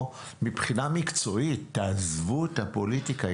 מבחינה מקצועית תעזבו את הפוליטיקה,